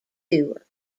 tour